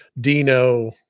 Dino